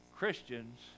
Christians